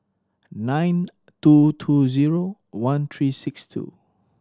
nine two two zero one three six two